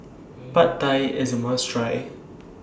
Pad Thai IS A must Try